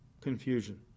Confusion